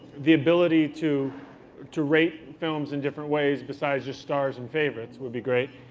the ability to to rate films in different ways besides just stars and favorites would be great.